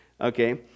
Okay